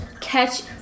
catch